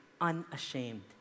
unashamed